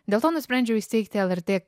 dėl to nusprendžiau įsteigti lrt